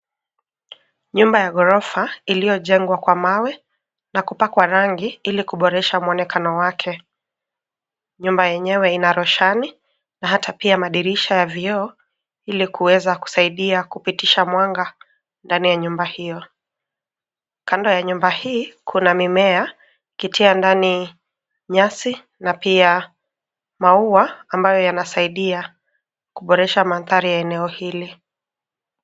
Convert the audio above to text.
Nyumba ya ghorofa iliyojengwa kwa mawe na kupakwa rangi ili kuboresha muonekano wake. Nyumba yenyewe ina roshani na hata pia madirisha ya vioo ili kueza kusaidia kupitisha mwanga ndani ya nyumba hiyo. Kando ya nyumba hii kuna mimea ukitia ndani nyasi na pia maua ambayo yanasaidia kuboresha mandhari ya eneo hili.